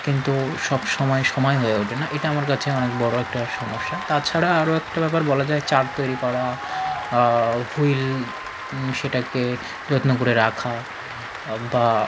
কিন্তু সবসময় সময় হয়ে ওঠে না এটা আমার কাছে অনেক বড় একটা সমস্যা তাছাড়া আরও একটা ব্যাপার বলা যায় চার তৈরি করা হুইল সেটাকে যত্ন করে রাখা বা